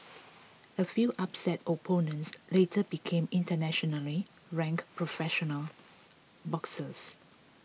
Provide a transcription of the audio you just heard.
a few upset opponents later became internationally ranked professional boxers